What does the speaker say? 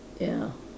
ya